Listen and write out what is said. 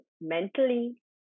mentally